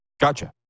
gotcha